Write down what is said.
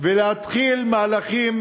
ולהתחיל מהלכים